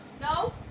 No